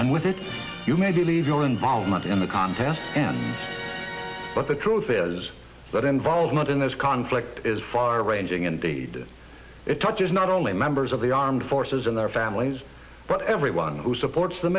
and with it you may believe your involvement in the contest and but the truth is that involvement in this conflict is far ranging indeed it touches not only members of the armed forces and their families but everyone who supports the